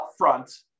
upfront